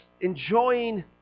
enjoying